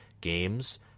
games